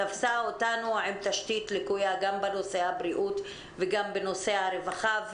תפסה אותנו עם תשתית לקויה גם בנושא הבריאות וגם בנושא הרווחה,